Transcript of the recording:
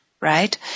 right